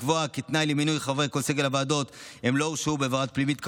לקבוע תנאי למינוי חברי כל סגל הוועדות שלא הורשעו בעבירה פלילית,